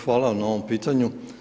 Hvala vam na ovom pitanju.